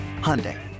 Hyundai